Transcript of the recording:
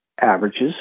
averages